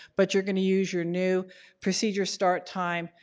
but you're going to use your new procedure start time,